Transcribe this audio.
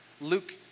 Luke